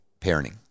parenting